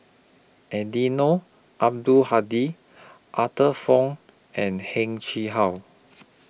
Eddino Abdul Hadi Arthur Fong and Heng Chee How